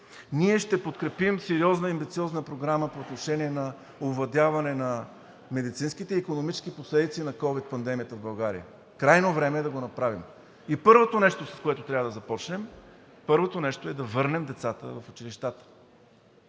Ние ще подкрепим сериозната и амбициозна програма по отношение на овладяването на медицинските и икономическите последици от ковид пандемията в България. Крайно време е да го направим и първото нещо, с което трябва да започнем, е да върнем децата в училищата.